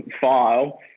file